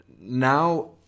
Now